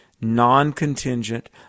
non-contingent